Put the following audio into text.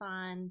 on